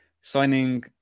signing